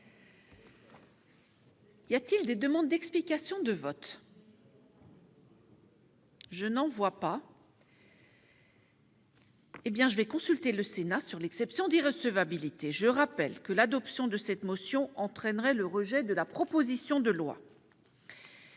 Y a-t-il des demandes d'explication de vote ?... Je mets aux voix la motion n° 5, tendant à opposer l'exception d'irrecevabilité. Je rappelle que l'adoption de cette motion entraînerait le rejet de la proposition de loi.